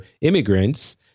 immigrants